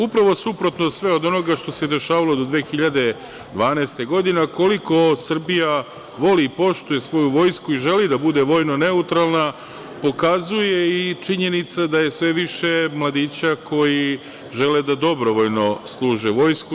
Upravo suprotno sve od onoga što se dešavalo do 2012. godine, koliko Srbija voli i poštuje svoju vojsku i želi da bude vojno neutralna, pokazuje i činjenica da je sve više mladića koji žele da dobrovoljno služe vojsku.